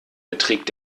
beträgt